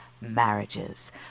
marriages